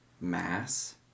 mass